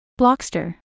Blockster